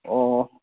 অঁ